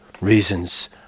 reasons